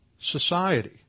society